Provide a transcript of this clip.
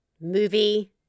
movie